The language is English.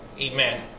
Amen